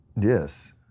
Yes